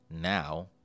Now